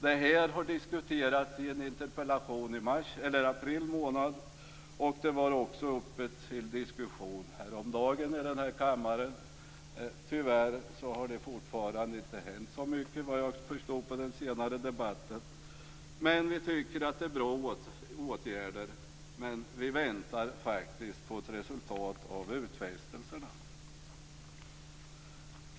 Det här har diskuterats i en interpellation i april, och det var också uppe till diskussion i kammaren häromdagen. Tyvärr har det fortfarande inte hänt så mycket, såvitt jag förstår av den senare debatten. Vi tycker att det är bra åtgärder, men vi väntar på ett resultat av utfästelserna.